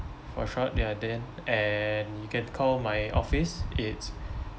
for short ya dan and you can call my office it's